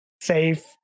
safe